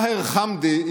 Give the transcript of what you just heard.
מאהר חמדי,